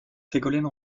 ségolène